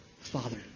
Father